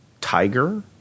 tiger